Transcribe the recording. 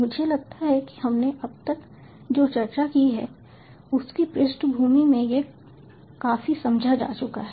मुझे लगता है कि हमने अब तक जो चर्चा की है उसकी पृष्ठभूमि में यह काफी समझा जा चुका है